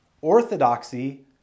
Orthodoxy